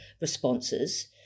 responses